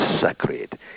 sacred